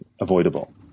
avoidable